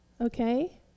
okay